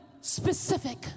specific